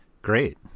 Great